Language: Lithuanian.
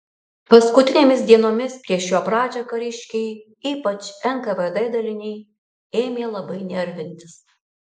paskutinėmis dienomis prieš jo pradžią kariškiai ypač nkvd daliniai ėmė labai nervintis